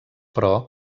però